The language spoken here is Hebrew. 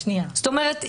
זאת אומרת,